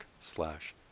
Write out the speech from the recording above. slash